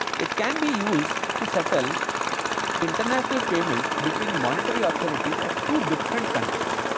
it can be used to settle international payments between monetary authorities of two different countries